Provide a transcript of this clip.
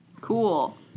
Cool